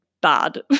bad